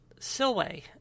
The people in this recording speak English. Silway